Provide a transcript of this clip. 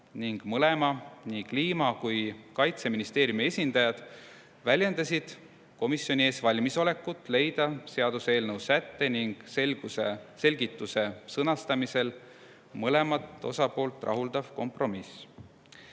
ning mõlema, nii Kliimaministeeriumi kui ka Kaitseministeeriumi esindajad väljendasid komisjoni ees valmisolekut leida seaduseelnõu sätte ning selgituse sõnastamisel mõlemat osapoolt rahuldav kompromiss.